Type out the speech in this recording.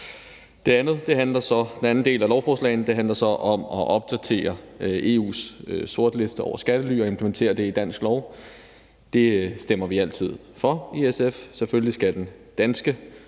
Det anden del af lovforslaget handler så om at opdatere EU's sortliste over skattely og implementere det i dansk lov. Det stemmer vi altid for i SF. Selvfølgelig skal den danske